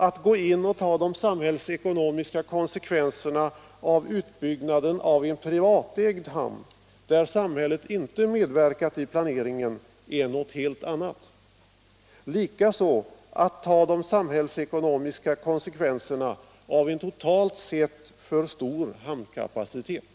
Att gå in och ta de samhällsekonomiska konsekvenserna av utbyggnaden av en privatägd hamn, där samhället inte medverkat i pla sekvenserna av en totalt sett för stor hamnkapacitet.